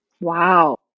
wow